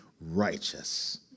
righteous